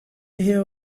hear